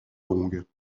longues